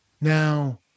now